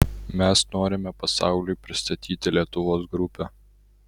mes norime pasauliui pristatyti lietuvos grupę